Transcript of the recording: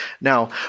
Now